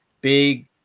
Big